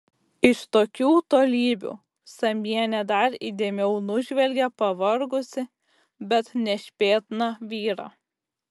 iš tokių tolybių samienė dar įdėmiau nužvelgia pavargusį bet nešpėtną vyrą